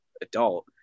adult